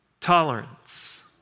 tolerance